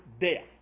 death